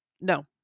No